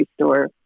store